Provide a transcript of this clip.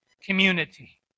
community